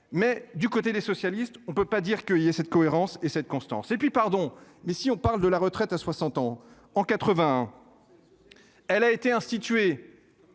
Mais du côté des socialistes, on ne peut pas dire que il y a cette cohérence et cette constance et puis pardon mais si on parle de la retraite à 60 ans en 81. Elle a été instituée.